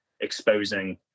exposing